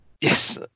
Yes